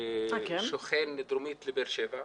שוכן דרומית לבאר שבע,